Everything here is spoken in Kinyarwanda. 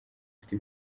afite